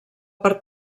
per